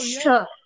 sure